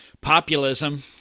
populism